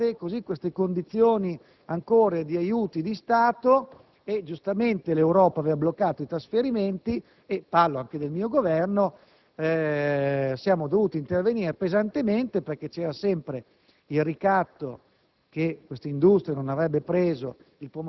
l'anno scorso si sono create le condizioni per disporre ancora di aiuti di Stato e giustamente l'Europa aveva bloccato i trasferimenti e, parlo anche del mio Governo, siamo dovuti intervenire pesantemente perché c'era sempre il ricatto